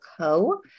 Co